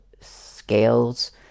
scales